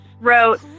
wrote